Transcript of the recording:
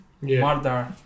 murder